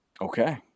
Okay